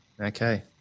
Okay